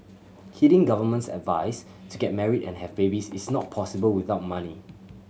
heeding government's advice to get married and have babies is not possible without money